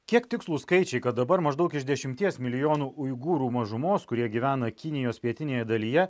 kiek tikslūs skaičiai kad dabar maždaug iš dešimties milijonų uigūrų mažumos kurie gyvena kinijos pietinėje dalyje